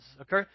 okay